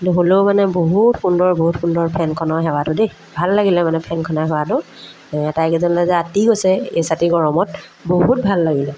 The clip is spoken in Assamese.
কিন্তু হ'লেও মানে বহুত সুন্দৰ বহুত সুন্দৰ ফেনখনৰ হাৱাটো দেই ভাল লাগিলে মানে ফেনখনৰ হাৱাটো আটাকেইজনলৈ যে আঁতি গৈছে এইচাতি গৰমত বহুত ভাল লাগিলে